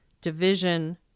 division